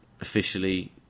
officially